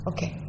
Okay